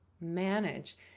manage